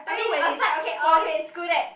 I mean aside okay okay screw that